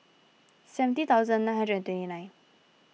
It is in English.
seventy thousadn nine hundred and twenty nine